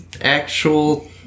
actual